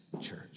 church